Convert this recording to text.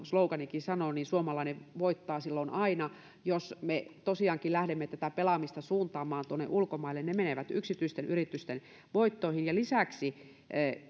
slogankin sanoo suomalainen voittaa silloin aina jos me tosiaankin lähdemme tätä pelaamista suuntaamaan tuonne ulkomaille ne menevät yksityisten yritysten voittoihin ja lisäksi